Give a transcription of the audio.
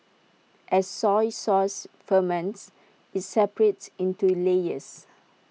as soy sauce ferments IT separates into layers